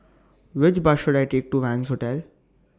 Which Bus should I Take to Wangz Hotel